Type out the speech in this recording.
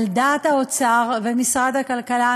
על דעת האוצר ומשרד הכלכלה,